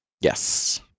Yes